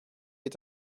est